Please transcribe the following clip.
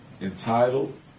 entitled